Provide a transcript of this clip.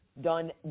done